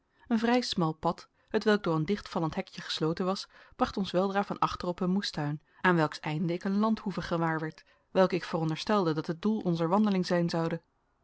een vrij smal pad hetwelk door een dichtvallend hekje gesloten was bracht ons weldra van achteren op een moestuin aan welks einde ik een landhoeve gewaarwerd welke ik veronderstelde dat het doel onzer wandeling zijn zoude